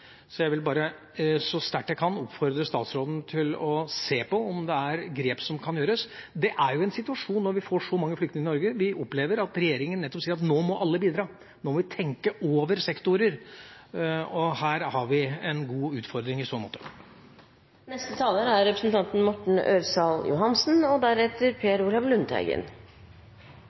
Jeg vil bare, så sterkt jeg kan, oppfordre statsråden til å se på om det er grep som kan gjøres. I denne situasjonen, når vi får så mange flyktninger til Norge, opplever vi at regjeringa nettopp sier at nå må alle bidra, nå må vi tenke over sektorer. Her har vi en god utfordring i så måte. I likhet med representanten Lundteigen kommer jeg fra et område der produksjon og